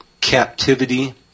captivity